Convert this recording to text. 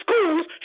schools